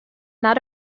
not